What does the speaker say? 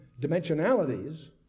dimensionalities